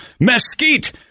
mesquite